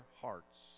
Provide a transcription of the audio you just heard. hearts